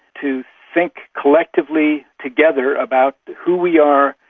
to think collectively together about who we are,